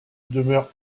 demeure